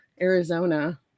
Arizona